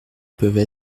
peuvent